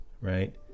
right